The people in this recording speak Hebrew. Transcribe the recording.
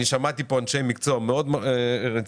שמעתי כאן אנשי מקצוע מאוד רציניים.